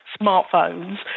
smartphones